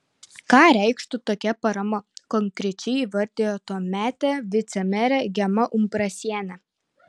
ką reikštų tokia parama konkrečiai įvardijo tuometė vicemerė gema umbrasienė